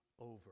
over